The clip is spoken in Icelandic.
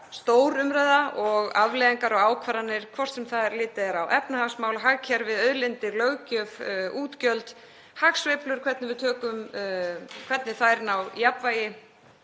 stór umræða um afleiðingar og ákvarðanir, hvort sem litið er á efnahagsmál, hagkerfið, auðlindir, löggjöf, útgjöld, hagsveiflur og hvernig þær ná jafnvægi